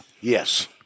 Yes